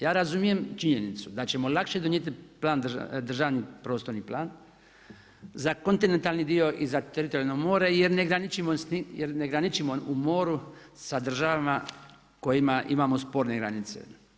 Ja razumijem činjenicu da ćemo lakše donijeti plan, državni prostorni plan za kontinentalni dio i za teritorijalno more jer ne graničimo u moru sa državama kojima imamo sporne granice.